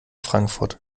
frankfurt